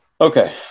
Okay